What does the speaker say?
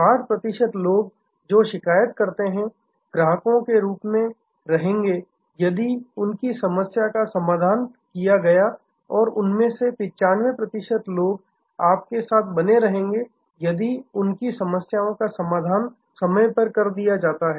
60 प्रतिशत लोग जो शिकायत करते हैं ग्राहकों के रूप में रहेंगे यदि उनकी समस्या का समाधान किया गया और उनमें से 95 लोग आपके साथ बने रहेंगे यदि उनकी समस्याओं का समाधान समय पर कर दिया जाता है